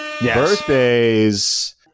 Birthdays